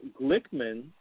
Glickman